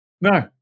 no